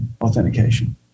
authentication